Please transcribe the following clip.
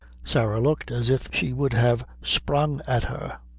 sarah looked as if she would have sprang at her.